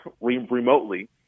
remotely